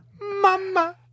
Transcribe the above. mama